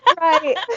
Right